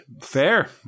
fair